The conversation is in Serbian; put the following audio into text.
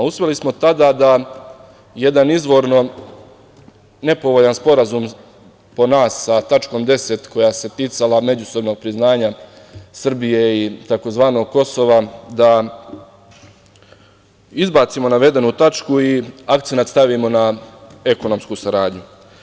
Uspeli smo tada da jedan izvorno nepovoljan sporazum po nas sa tačkom 10. koja se ticala međusobnog priznanja Srbije i tzv. Kosova da izbacimo navedenu tačku i akcenat stavimo na ekonomsku saradnju.